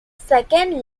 second